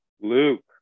Luke